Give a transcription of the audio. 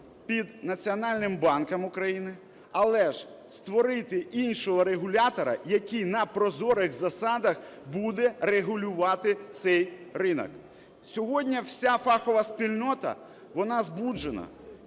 під Національним банком України, але ж створити іншого регулятора, який на прозорих засадах буде регулювати цей ринок. Сьогодні вся фахова спільнота, вона збуджена,